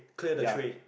ya